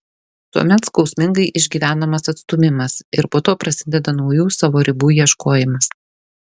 tuomet skausmingai išgyvenamas atstūmimas ir po to prasideda naujų savo ribų ieškojimas